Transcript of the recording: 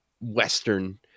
Western